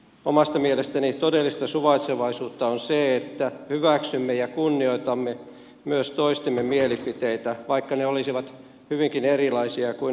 omasta mielestäni todellista suvaitsevaisuutta on se että hyväksymme ja kunnioitamme myös toistemme mielipiteitä vaikka ne olisivat hyvinkin erilaisia kuin omamme